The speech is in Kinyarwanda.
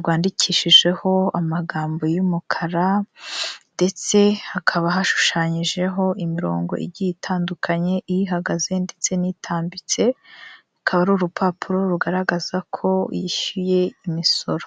rwandikishijeho amagambo y'umukara ndetse hakaba hashushanyijeho imirongo igiye itandukanye ihagaze ndetse n'itambitse, ikaba ari urupapuro rugaragaza ko yishyuye imisoro.